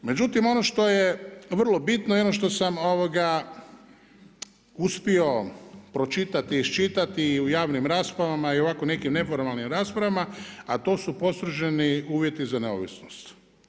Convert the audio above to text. Međutim, ono što je vrlo bitno je ono što sam uspio pročitati, iščitati i u javnim raspravama i ovako nekim neformalnim raspravama a to su postroženi uvjeti za neovisnost.